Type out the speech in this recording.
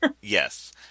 Yes